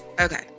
Okay